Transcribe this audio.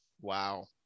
Wow